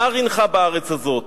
זר הינך בארץ הזאת.